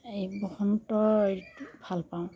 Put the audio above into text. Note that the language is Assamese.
এই বসন্তৰ ঋতু ভালপাওঁ